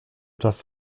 czas